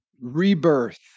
rebirth